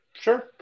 Sure